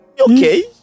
Okay